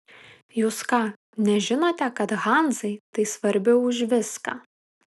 jūs ką nežinote kad hanzai tai svarbiau už viską